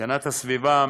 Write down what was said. הגנת הסביבה,